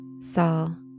Saul